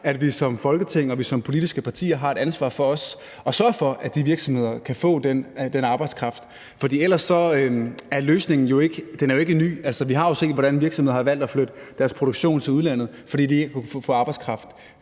at vi som Folketing og vi som politiske partier har et ansvar for at sørge for, at de virksomheder kan få den arbejdskraft, for ellers er løsningen jo ikke ny. Altså, vi har jo set, hvordan virksomheder har valgt at flytte deres produktion til udlandet, fordi de ikke har kunnet få arbejdskraft